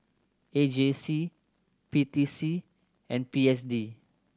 A J C P T C and P S D